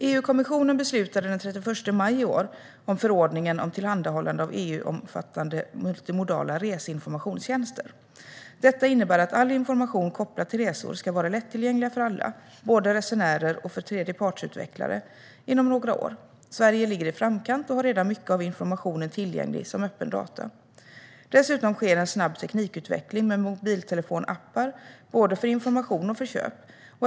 EU-kommissionen beslutade den 31 maj i år om förordningen om tillhandahållande av EU-omfattande multimodala reseinformationstjänster. Detta innebär att all information kopplad till resor ska vara lättillgänglig för alla, både för resenärer och för tredjepartsutvecklare, inom några år. Sverige ligger i framkant och har redan mycket av informationen tillgänglig som öppna data. Dessutom sker en snabb teknikutveckling med mobiltelefonappar både för information och för köp.